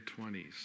20's